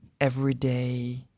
everyday